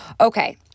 Okay